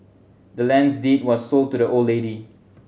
the land's deed was sold to the old lady